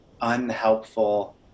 unhelpful